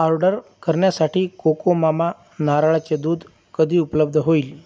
order करण्यासाठी Cocomama नारळाचे दूध कधी उपलब्ध होईल